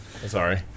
Sorry